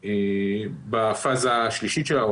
בפאזה השלישית שלה,